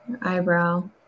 Eyebrow